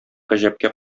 гаҗәпкә